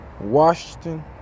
Washington